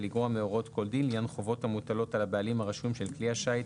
לגרוע מהוראות כל דין לעניין חובות המוטלות על הבעלים הרשום כל כלי השיט,